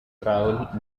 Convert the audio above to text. travel